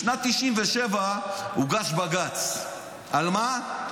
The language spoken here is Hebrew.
בשנת 1997 הוגש בג"ץ, על מה?